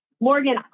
Morgan